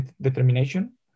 determination